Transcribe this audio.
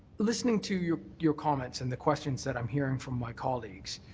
listening to your your comments and the questions that i'm hearing from my colleagues,